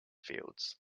fields